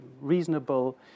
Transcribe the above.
reasonable